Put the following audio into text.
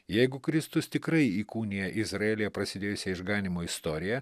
jeigu kristus tikrai įkūnija izraelyje prasidėjusią išganymo istoriją